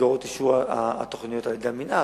במסגרות אישור התוכניות על-ידי המינהל,